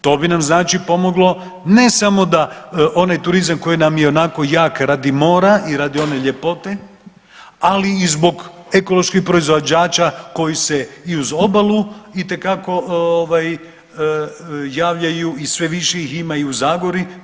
To bi nam znači pomoglo ne samo da onaj turizam koji nam je ionako jak radi mora i radi one ljepote, ali i zbog ekoloških proizvođača koji se i uz obalu itekako javljaju i sve više ih ima i u Zagori.